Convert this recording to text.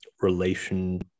relation